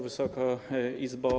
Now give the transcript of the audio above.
Wysoka Izbo!